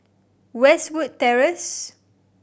Westwood Terrace